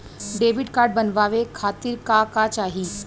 Debit card बनवावे खातिर का का चाही?